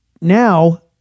now